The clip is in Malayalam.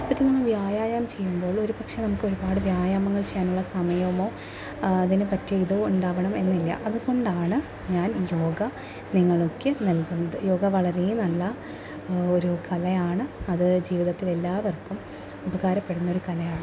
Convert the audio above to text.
അതിന് വ്യായാമം ചെയ്യുമ്പോൾ ഒരു പക്ഷെ നമുക്കൊരുപാട് വ്യായാമങ്ങൾ ചെയ്യാനുള്ള സമയമോ അതിനു പറ്റിയ ഇതോ ഉണ്ടാകണം എന്നില്ല അതുകൊണ്ടാണ് ഞാൻ യോഗ നിങ്ങളൊക്കെ നൽകുന്നത് യോഗ വളരേ നല്ല ഒരു കലയാണ് അത് ജീവിതത്തിലെല്ലാവർക്കും ഉപകാരപ്പെടുന്നൊരു കലയാണ്